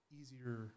easier